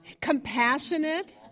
compassionate